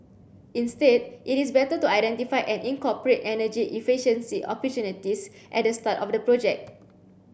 instead it is better to identify and incorporate energy efficiency opportunities at the start of the project